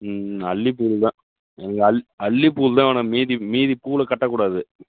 ம் அல்லிப்பூவில் தான் எனக்கு அல் அல்லிப்பூவில் தான் வேணும் மீதி மீதி பூவில் கட்டக் கூடாது